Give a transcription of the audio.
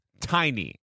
Tiny